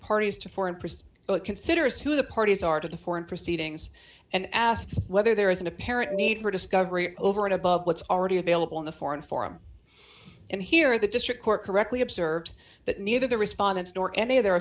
parties to foreign press consider is who the parties are to the foreign proceedings and asks whether there is an apparent need for discovery over and above what's already available in the foreign forum and here the district court correctly observed that neither the respondents nor any of their